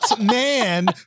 man